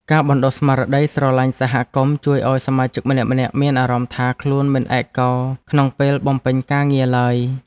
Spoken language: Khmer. ការបណ្ដុះស្មារតីស្រឡាញ់សហគមន៍ជួយឱ្យសមាជិកម្នាក់ៗមានអារម្មណ៍ថា ខ្លួនមិនឯកោក្នុងពេលបំពេញការងារឡើយ។